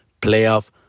playoff